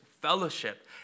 fellowship